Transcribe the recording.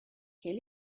quel